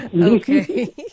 Okay